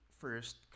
first